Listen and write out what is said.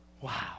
wow